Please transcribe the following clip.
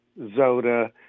Zoda